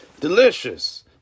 delicious